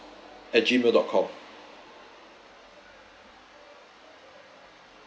at gmail dot com